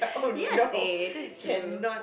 ya same that's true